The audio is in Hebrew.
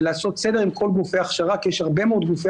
ולעשות סדר עם כל גופי ההכשרה כי יש הרבה מאוד גופי